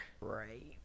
Right